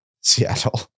Seattle